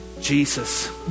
Jesus